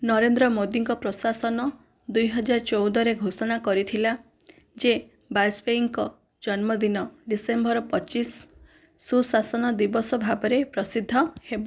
ନରେନ୍ଦ୍ର ମୋଦୀଙ୍କ ପ୍ରଶାସନ ଦୁଇହଜାରଚଉଦରେ ଘୋଷଣା କରିଥିଲା ଯେ ବାଜପେୟୀଙ୍କ ଜନ୍ମଦିନ ଡିସେମ୍ବର ପଚିଶ ସୁଶାସନ ଦିବସ ଭାବରେ ପ୍ରସିଦ୍ଧ ହେବ